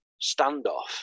standoff